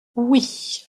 oui